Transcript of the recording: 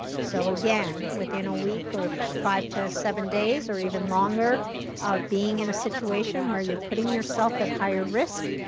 so again, within a week or five to seven days, or even longer of being in a situation where you're putting yourself at higher risk,